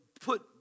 put